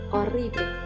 Horrible